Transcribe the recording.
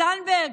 זנדברג,